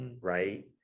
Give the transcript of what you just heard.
Right